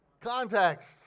context